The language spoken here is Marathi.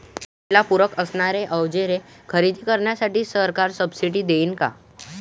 शेतीला पूरक असणारी अवजारे खरेदी करण्यासाठी सरकार सब्सिडी देईन का?